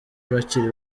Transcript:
bakiri